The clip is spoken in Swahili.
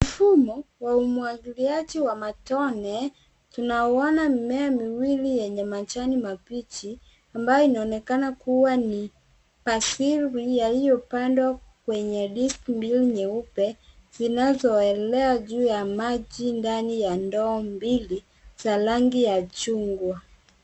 Mfumo wa umwagiliaji wa matone. Tunauona mimea miwili yenye majani mabichi ambayo inaonekana kuwa ni Pasil yaliyopandwa kwenye disc mbili nyeupe zinazoelea juu ya maji ndani ya ndoo mbili za rangi ya chungwa.